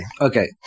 Okay